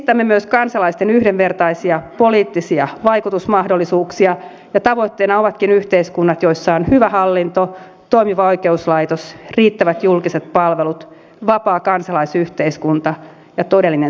edistämme myös kansalaisten yhdenvertaisia poliittisia vaikutusmahdollisuuksia ja tavoitteena ovat yhteiskunnat joissa on hyvä hallinto toimiva oikeuslaitos riittävät julkiset palvelut vapaa kansalaisyhteiskunta ja todellinen sananvapaus